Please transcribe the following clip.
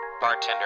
bartender